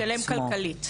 משתלם כלכלית.